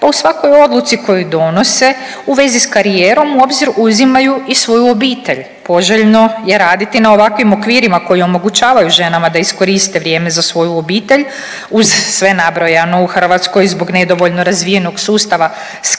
pa u svakoj odluci koju donose u vezi s karijerom u obzir uzimaju i svoju obitelj, poželjno je raditi na ovakvim okvirima koji omogućavaju ženama da iskoriste vrijeme za svoju obitelj uz sve nabrojano u Hrvatskoj zbog nedovoljno razvijenog sustava skrbi